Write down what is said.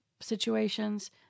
situations